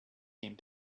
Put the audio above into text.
came